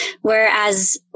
whereas